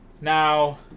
Now